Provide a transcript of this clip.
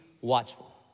watchful